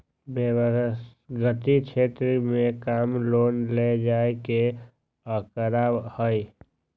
व्यक्तिगत क्षेत्र में कम लोन ले जाये के आंकडा हई